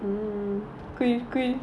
I'm quickly